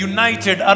United